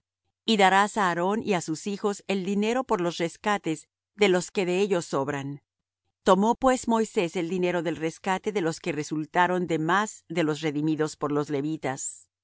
y darás á aarón y á sus hijos el dinero por los rescates de los que de ellos sobran tomó pues moisés el dinero del rescate de los que resultaron de más de los redimidos por los levitas y